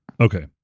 Okay